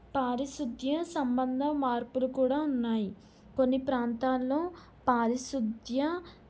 పారిశుద్ధ సంబంధ మార్పులు కూడా ఉన్నాయి కొన్ని ప్రాంతాల్లో పారిశుద్ధ